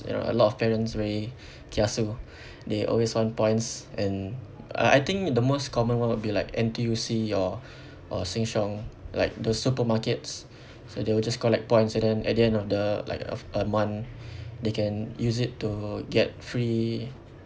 you know a lot of parents very kiasu they always want points and uh I think the most common one would be like N_T_U_C or or Sheng Siong like the supermarkets so they will just collect points and then at the end of the like of a month they can use it to get free